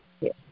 Yes